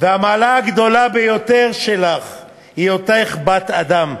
והמעלה הגדולה ביותר שלך היא היותך בת-אדם,